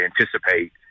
anticipate